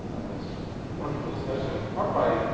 on this wonderful discussion, in part by,